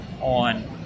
on